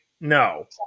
No